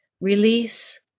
Release